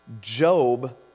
Job